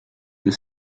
the